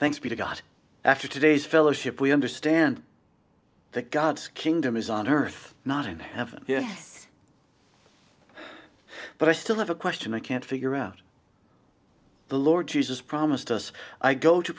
thanks be to god after today's fellowship we understand that god's kingdom is on earth not in heaven yes but i still have a question i can't figure out the lord jesus promised us i go to